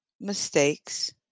mistakes